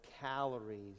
calories